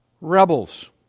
rebels